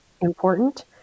important